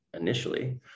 initially